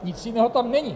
Nic jiného tam není.